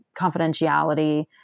confidentiality